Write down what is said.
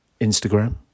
Instagram